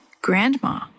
grandma